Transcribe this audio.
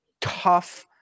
tough